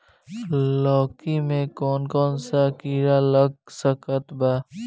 लौकी मे कौन कौन सा कीड़ा लग सकता बा?